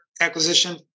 acquisition